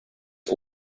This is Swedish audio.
ett